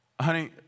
honey